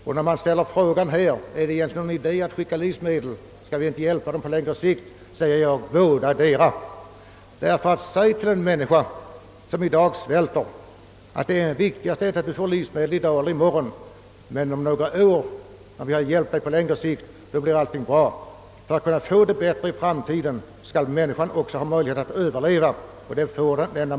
Och när man ställer frågan, om det egentligen är någon idé att skicka livsmedel och om vi inte i stället bör inrikta oss på att hjälpa på längre sikt, vill jag säga att vi skall göra bådadera. Ty att säga till en människa som i dag svälter, att det viktigaste är inte att du får livsmedel i dag eller i morgon utan om några år, går ju inte. För att kunna få det bättre i framtiden måste människorna ha möjlighet att överleva.